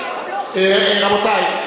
רבותי,